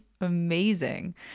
amazing